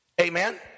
amen